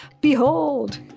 behold